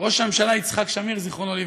שראש הממשלה יצחק שמיר ז"ל,